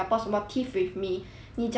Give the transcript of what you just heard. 你讲的是那种算是